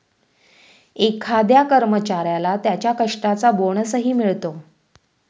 एखाद्या कर्मचाऱ्याला त्याच्या कष्टाचा बोनसही मिळतो